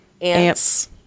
Ants